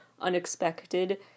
unexpected